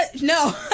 No